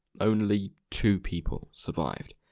only two people survived!